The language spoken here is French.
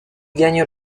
gagne